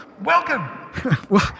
welcome